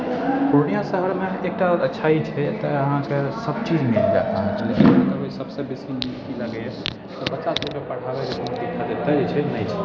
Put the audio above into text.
पूर्णिया शहरमे एकटा अच्छाइ छै एतऽ अहाँके सबचीज मिल जाइत सबसँ बेसी नीक ई लागैए बच्चासबके पढ़ाबैके कोनो दिक्कत एतऽ जे छै नहि छै